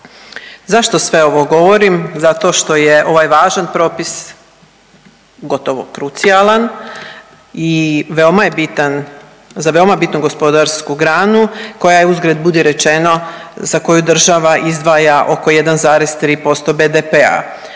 Zašto sve ovo govorim? Zato što je ovaj važan propis gotovo krucijalan i veoma je bitan za veoma bitnu gospodarsku granu koja je uzgred budi rečeno za koju država izdvaja oko 1,3% BDP-a.